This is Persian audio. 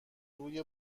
روی